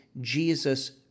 Jesus